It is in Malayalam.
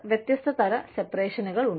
വ്യത്യസ്ത തരം സെപറേഷൻകൾ ഉണ്ട്